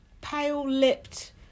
pale-lipped